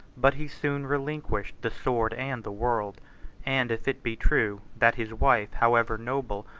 but he soon relinquished the sword and the world and if it be true, that his wife, however noble,